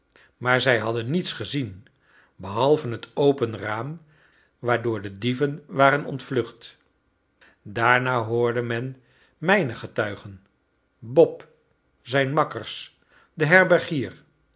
maar zij hadden niets gezien behalve het open raam waardoor de dieven waren ontvlucht daarna hoorde men mijne getuigen bob zijne makkers den herbergier